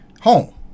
home